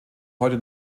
heute